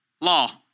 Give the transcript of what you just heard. Law